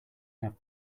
have